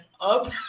up